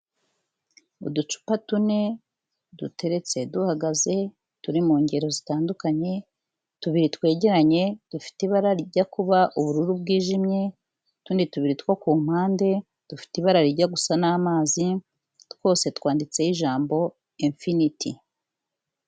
Uducupa tune duteretse duhagaze turi mu ngero zitandukanye, tubiri twegeranye dufite ibara ryo kuba ubururu bwijimye n'utundi tubiri two ku mpande dufite ibara rijya gusa n'amazi, twose twanditseho ijambo infinite.